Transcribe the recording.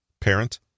parent